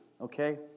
okay